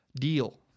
deal